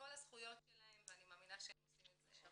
בכל הזכויות שלהם ואני מאמינה שהם עושים את זה.